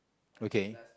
okay